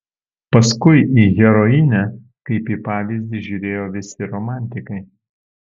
paskui į herojinę kaip į pavyzdį žiūrėjo visi romantikai